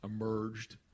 emerged